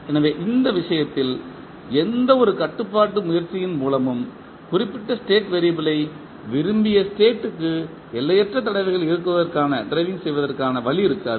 எனவே அந்த விஷயத்தில் எந்தவொரு கட்டுப்பாட்டு முயற்சியின் மூலமும் குறிப்பிட்ட ஸ்டேட் வெறியபிளை விரும்பிய ஸ்டேட்டுக்கு எல்லையற்ற தடவைகள் இயக்குவதற்கான வழி இருக்காது